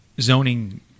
zoning